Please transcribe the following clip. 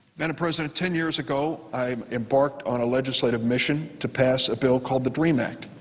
madam president, ten years ago, i embarked on a legislative mission to pass a bill called the dream act,